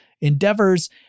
endeavors